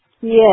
Yes